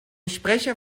sprecher